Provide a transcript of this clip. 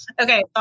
Okay